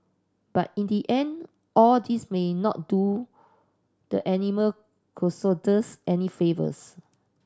but in the end all this may not do the animal crusaders any favours